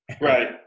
Right